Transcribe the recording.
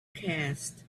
cast